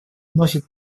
вносит